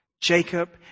Jacob